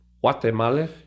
Guatemala